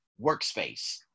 workspace